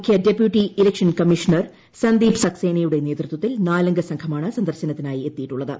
മുഖ്യ deputy election commissioner Sandeep സക്സേനയുടെ നേതൃത്പത്തിൽ നാലംഗ സംഘമാണ് സന്ദർശനത്തിനായി എത്തിയിട്ടുള്ളത്